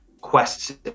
quests